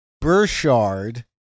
burchard